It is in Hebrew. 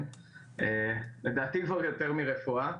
לדעתי כבר יותר מרפואה.